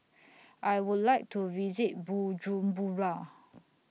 I Would like to visit Bujumbura